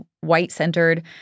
white-centered